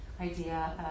idea